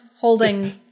holding